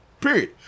Period